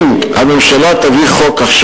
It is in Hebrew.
אם הממשלה תביא עכשיו חוק,